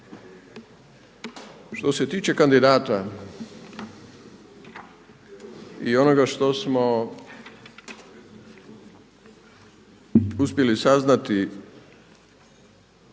Što se tiče kandidata i onoga što smo uspjeli saznati